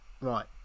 right